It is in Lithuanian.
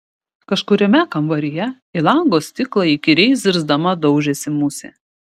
kažkuriame kambaryje į lango stiklą įkyriai zirzdama daužėsi musė